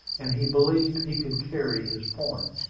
and he believed he could carry his point.